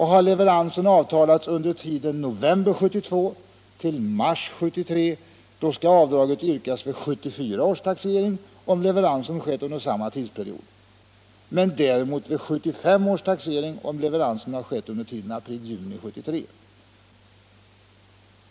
Har leveransen avtalats under tiden november 1972-mars 1973, skall avdraget yrkas vid 1974 års taxering om leveransen skett under samma tidsperiod, men däremot vid 1975 års taxering om leveransen skett under tiden april-juni 1973.